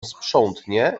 sprzątnie